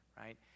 Right